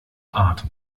art